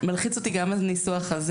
מלחיץ אותי גם הניסוח הזה,